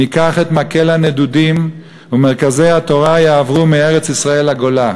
ניקח את מקל הנדודים ומרכזי התורה יעברו מארץ-ישראל לגולה.